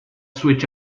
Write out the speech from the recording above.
switch